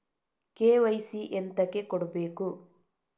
KYC ಎಂತಕೆ ಕೊಡ್ಬೇಕು?